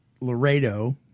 Laredo